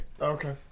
Okay